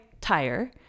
tire